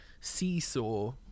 seesaw